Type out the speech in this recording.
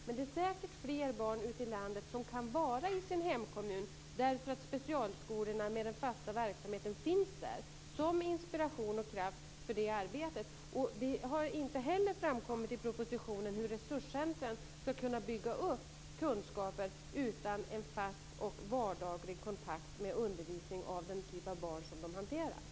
Men det är säkert fler barn i landet som kan vara i sin hemkommun därför att specialskolorna med den fasta verksamheten finns där som inspiration och kraft för det arbetet. Det har inte heller framkommit i propositionen hur resurscentren ska kunna bygga upp kunskaper utan en fast och vardaglig undervisning av den typ av barn som de hanterar.